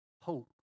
hope